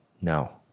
No